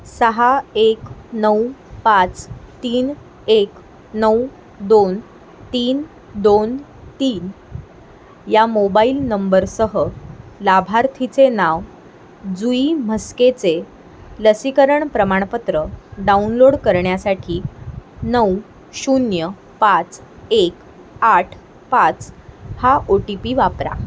सहा एक नऊ पाच तीन एक नऊ दोन तीन दोन तीन या मोबाईल नंबरसह लाभार्थीचे नाव जुई म्हस्केचे लसीकरण प्रमाणपत्र डाउनलोड करण्यासाठी नऊ शून्य पाच एक आठ पाच हा ओ टी पी वापरा